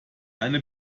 eine